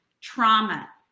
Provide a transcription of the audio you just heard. Trauma